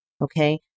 Okay